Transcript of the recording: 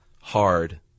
hard